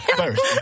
first